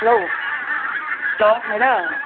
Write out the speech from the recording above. hello hello madam